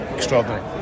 extraordinary